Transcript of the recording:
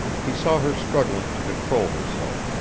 he saw her struggling to control herself,